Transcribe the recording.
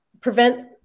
prevent